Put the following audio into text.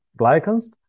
glycans